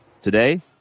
Today